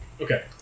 Okay